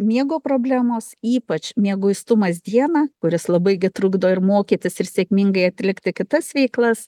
miego problemos ypač mieguistumas dieną kuris labai gi trukdo ir mokytis ir sėkmingai atlikti kitas veiklas